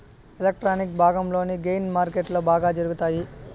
electronic భాగంలోని gain మార్కెట్లో బాగా జరుగుతాయి